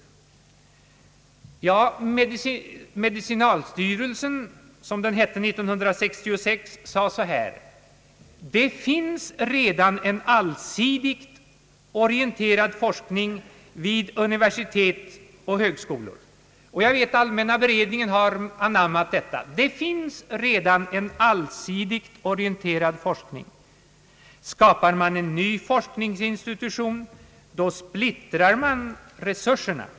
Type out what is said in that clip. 1966, sade då att det redan finns en allsidigt orienterad forskning vid universitet och högskolor. Jag vet att allmänna beredningsutskottet har anammat denna uppfattning: skapar man en ny forskningsinstitution, så splittrar man resurserna.